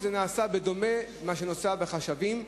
בדומה למה שנעשה בנוגע לחשבים.